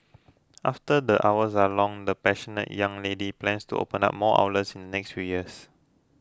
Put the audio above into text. after the hours are long the passionate young lady plans to open up more outlets in next few years